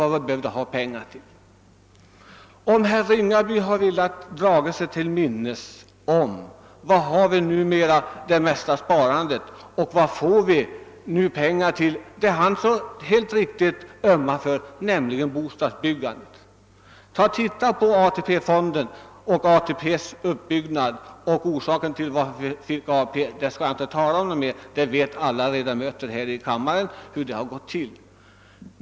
Det hade varit bra om herr Ringaby velat dra sig till minnes var vi numera har det största sparandet och var vi får pengar till det som han helt riktigt ömmar för, nämligen bostadsbyggandet. Se på AP-fonderna och deras uppbyggnad. Orsaken till att vi fick ATP skall jag inte tala om mera; alla kammarens ledamöter vet hur det gick till.